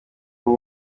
aho